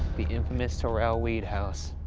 the infamous sorrel-weed house.